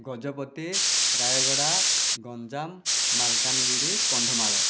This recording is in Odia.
ଗଜପତି ରାୟଗଡ଼ା ଗଞ୍ଜାମ ମାଲକାନଗିରି କନ୍ଧମାଳ